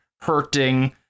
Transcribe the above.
hurting